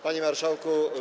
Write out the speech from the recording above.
Panie Marszałku!